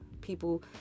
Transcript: people